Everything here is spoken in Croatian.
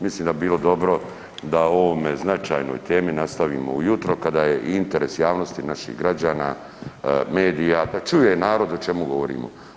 Mislim da bi bilo dobro da o ovome, značajnoj temi nastavimo ujutro kada je i interes javnosti naših građana, medija, da čuje narod o čemu govorimo.